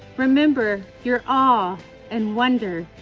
remember your awe and wonder.